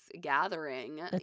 gathering